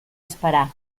esperar